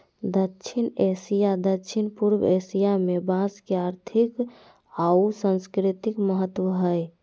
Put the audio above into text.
दक्षिण एशिया, दक्षिण पूर्व एशिया में बांस के आर्थिक आऊ सांस्कृतिक महत्व हइ